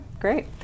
great